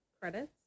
credits